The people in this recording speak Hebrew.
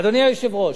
אדוני היושב-ראש,